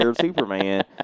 superman